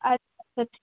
अच्छा